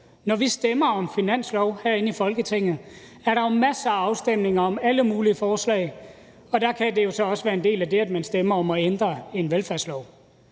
Når vi stemmer om en finanslov her inde i folketinget, er der jo masser afstemninger om alle mulige forslag, og der kan det så også være en del af det, at man stemmer om at ændre en velfærdslov.